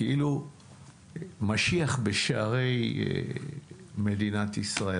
כאילו משיח בשערי מדינת ישראל,